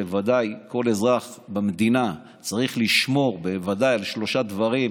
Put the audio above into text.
בוודאי כל אזרח במדינה צריך לשמור על שלושה דברים,